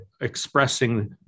expressing